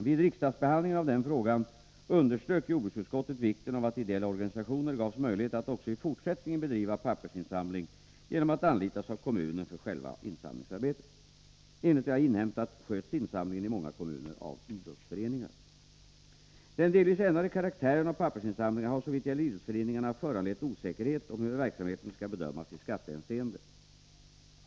Vid riksdagsbehandlingen av denna fråga underströk jordbruksutskottet vikten av att ideella organisationer gavs möjlighet att också i fortsättningen bedriva pappersinsamling genom att anlitas av kommunen för själva insamlingsarbetet. Enligt vad jag har inhämtat sköts insamlingen i många kommuner av idrottsföreningar. Den delvis ändrade karaktären av pappersinsamlingarna har såvitt gäller idrottsföreningarna föranlett osäkerhet om hur verksamheten skall bedömas i skattehänseende.